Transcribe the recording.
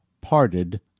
parted